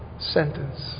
sentence